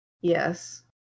Yes